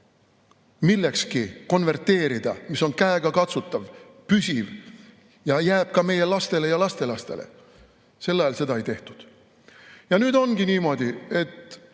millekski konverteerida, mis on käegakatsutav, püsiv ja jääb ka meie lastele ja lastelastele, sel ajal seda ei tehtud. Ja nüüd ongi niimoodi, et